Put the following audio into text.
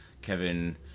Kevin